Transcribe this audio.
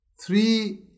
three